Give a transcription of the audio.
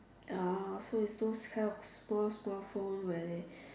ah so is those kind of small small phone where they